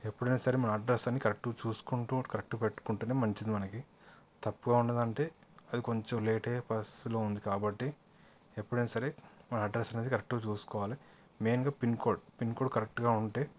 ఎప్పుడైనా సరే మన అడ్రస్ అన్ని కరెక్ట్గా చూసుకుంటూ కరెక్ట్గా పెట్టుకుంటేనే మంచింది మనకి తప్పుగా ఉన్నదంటే అది కొంచెం లేట్ అయ్యే పరిస్థితిలో ఉంది కాబట్టి ఎప్పుడైనా సరే మన అడ్రస్ అనేది కరెక్ట్గా చూసుకోవాలి మెయిన్గా పిన్ కోడ్ పిన్ కోడ్ కరెక్ట్గా ఉంటే